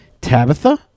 Tabitha